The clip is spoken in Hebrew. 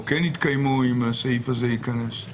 כן התקיימו אם הסעיף הזה ייכנס לחוק היסוד?